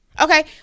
Okay